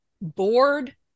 bored